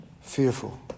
Fearful